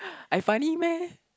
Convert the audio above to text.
I funny meh